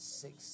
six